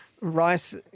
Rice